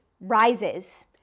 rises